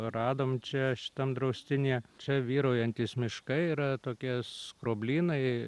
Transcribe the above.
radom čia šitam draustinyje čia vyraujantys miškai yra tokie skroblynai